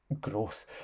growth